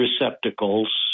receptacles